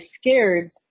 scared